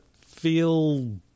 feel